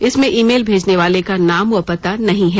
इसमें email भेजने वाले का नाम व पता नहीं है